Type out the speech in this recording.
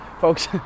Folks